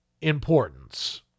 importance